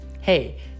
Hey